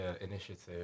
initiative